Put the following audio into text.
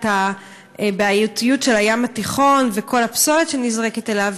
את הבעייתיות של הים התיכון וכל הפסולת שנזרקת אליו,